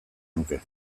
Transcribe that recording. nuke